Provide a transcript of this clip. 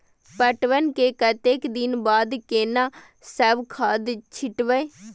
पटवन के कतेक दिन के बाद केना सब खाद छिटबै?